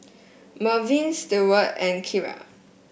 Merwin Stewart and Kira